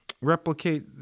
replicate